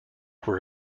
were